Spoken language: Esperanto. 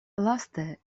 laste